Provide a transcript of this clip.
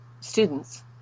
students